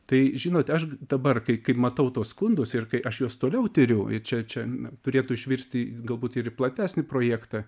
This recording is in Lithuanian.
tai žinote aš dabar kai kaip matau tuos skundus ir kai aš juos toliau tiriu čia čia turėtų išvirsti galbūt ir į platesnį projektą